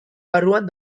barruan